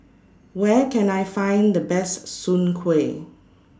Where Can I Find The Best Soon Kway